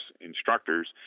instructors